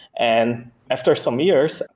and after some years,